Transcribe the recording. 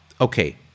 okay